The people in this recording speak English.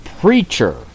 preacher